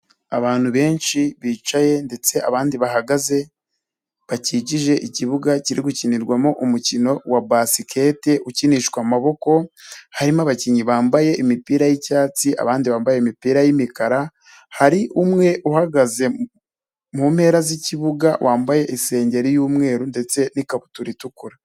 Abantu benshi bicaye ndetse abandi bahagaze, bakikije ikibuga kiri gukinirwamo umukino wa basikete ukinishwa amaboko, harimo abakinnyi bambaye imipira y'icyatsi abandi bambaye imipira y'imikara, hari umwe uhagaze mu mpera z'ikibuga wambaye isengeri y'umweru, ndetse n'ikabutura itukura.